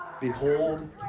behold